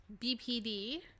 BPD